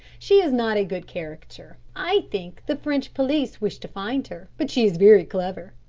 she is not a good character. i think the french police wish to find her, but she is very clever.